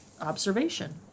observation